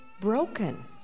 broken